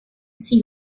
sea